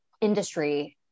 industry